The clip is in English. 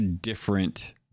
different